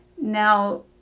Now